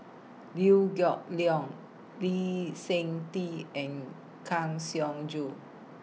Liew Geok Leong Lee Seng Tee and Kang Siong Joo